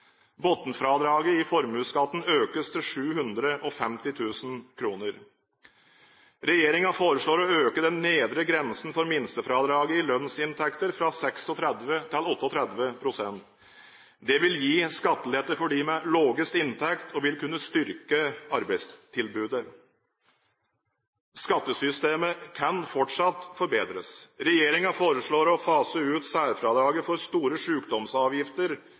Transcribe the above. i formuesskatten økes til 750 000 kr. Regjeringen foreslår å øke den nedre grensen for minstefradraget i lønnsinntekter fra 36 til 38 pst. Dette vil gi skattelette for dem med lavest inntekter og vil kunne styrke arbeidstilbudet. Skattesystemet kan fortsatt forbedres. Regjeringen foreslår å fase ut særfradraget for store